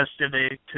yesterday